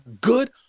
good